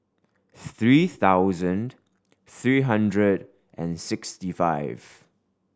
three thousand three hundred and sixty five